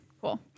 Cool